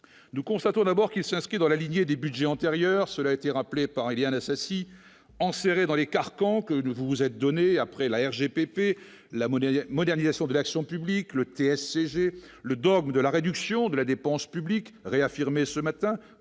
Nous constatons d'abord qui s'inscrit dans la lignée des Budgets antérieurs, cela a été rappelé par Éliane Assassi enserrée dans les carcans que nous vous vous êtes donné après la RGPP la monnaie, modernisation de l'action publique le TSE, j'ai le dogme de la réduction de la dépense publique réaffirmé ce matin,